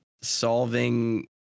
solving